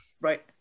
Right